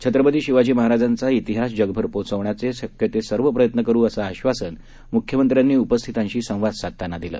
छत्रपती शिवाजी महाराजांचा तिहास जगभर पोचवण्यासाठी शक्य ते सर्व प्रयत्न करू असं आक्षासन मुख्यमत्र्यांनी उपस्थितांशी संवाद साधताना दिलं